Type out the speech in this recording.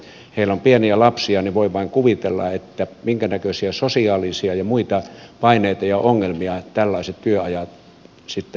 heillä on pieniä lapsia ja voi vain kuvitella minkänäköisiä sosiaalisia ja muita paineita ja ongelmia tällaiset työajat sitten aiheuttavat